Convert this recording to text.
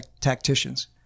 tacticians